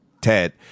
Ted